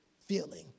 feeling